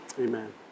Amen